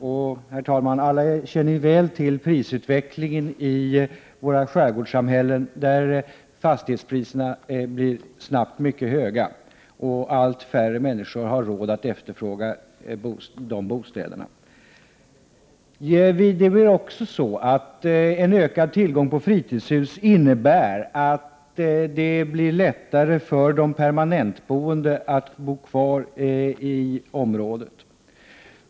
Och, herr talman, alla känner till prisutvecklingen i våra skärgårdssamhällen, där fastighetspriserna snabbt blir mycket höga och där allt färre människor har råd att efterfråga bostäderna. En ökad tillgång på fritidshus innebär väl också att det blir lättare för de permanentboende att bo kvar i området.